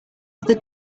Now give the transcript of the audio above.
other